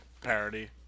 parody